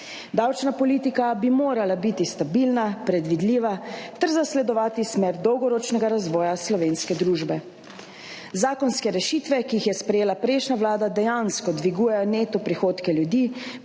Davčna politika bi morala biti stabilna, predvidljiva ter zasledovati smer dolgoročnega razvoja slovenske družbe. Zakonske rešitve, ki jih je sprejela prejšnja vlada dejansko dvigujejo neto prihodke ljudi,